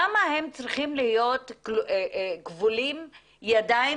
למה הם צריכים להיות כבולים ידיים